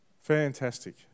Fantastic